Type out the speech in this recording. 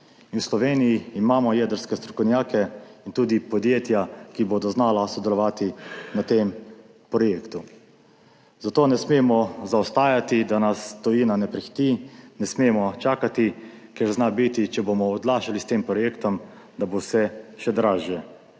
V Sloveniji imamo jedrske strokovnjake in tudi podjetja, ki bodo znala sodelovati na tem projektu. Zato ne smemo zaostajati, da nas tujina ne prehiti. Ne smemo čakati, ker zna biti, če bomo odlašali s tem projektom, da bo vse še dražje,